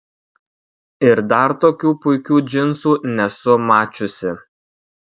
ir dar tokių puikių džinsų nesu mačiusi